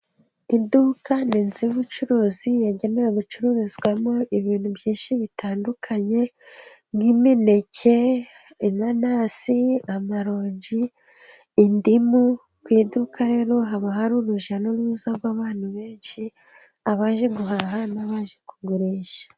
Iduka ni inzu y'ubucuruzi yagenewe gucururizwamo ibintu byinshi bitandukanye. Nk'imineke, inanasi, amarongi, indimu. Ku iduka rero haba hari urujya n'uruza rw'abantu benshi. Abaje guhaha n'abaje kugurisha.